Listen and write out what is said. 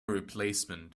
replacement